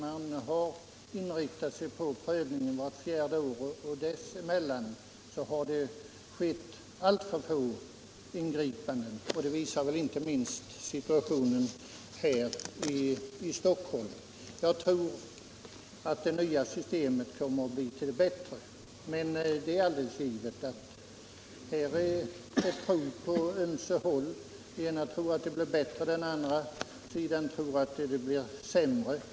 Man har inriktat sig på prövningen vart fjärde år, och dessemellan har det skett alltför få ingripanden — det visar väl inte minst situationen här i Stockholm. Jag tror att det nya systemet kommer att bli till det bättre. Men det är alldeles givet att det här finns en tro på ömse håll. Den ena sidan tror att det blir bättre. Den andra sidan tror att det blir sämre.